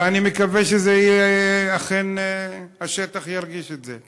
ואני מקווה שאומנם השטח ירגיש את זה.